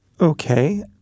Okay